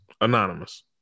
Anonymous